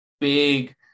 big